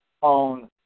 on